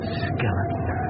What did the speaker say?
skeleton